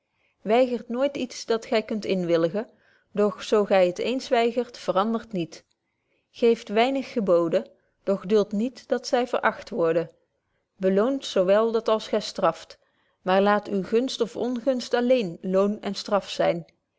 weigert nooit iets dat gy kunt inwilligen doch zo gy het eens weigert verandert niet geeft weinig geboden doch dult niet dat zy veracht worden beloont zo wel als dat gy straft maar laat uwe gunst of ongunst alléén loon en straffe